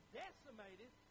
decimated